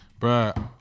Bruh